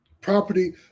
Property